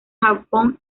japón